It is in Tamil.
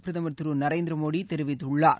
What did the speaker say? பிரதமர் திரு நரேந்திர மோடி தெரிவித்துள்ளார்